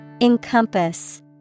Encompass